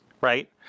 right